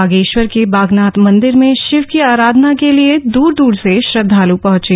बागेश्वर के बागनाथ मंदिर में शिव की अराधना के लिए दूर दूर से श्रद्धाल् पहंचे